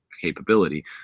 capability